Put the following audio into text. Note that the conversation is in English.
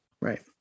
Right